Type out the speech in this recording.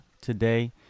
today